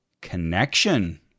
connection